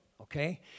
okay